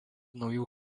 naujų